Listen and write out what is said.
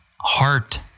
heart